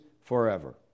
forever